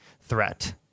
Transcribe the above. threat